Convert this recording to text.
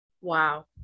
Wow